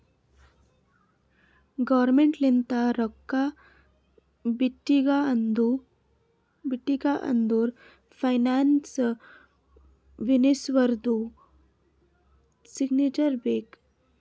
government ಲಿಂತ ರೊಕ್ಕಾ ಬಿಡ್ಬೇಕ ಅಂದುರ್ ಫೈನಾನ್ಸ್ ಮಿನಿಸ್ಟರ್ದು ಸಿಗ್ನೇಚರ್ ಬೇಕ್